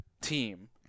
team